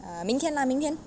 ah 明天 lah 明天